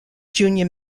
junior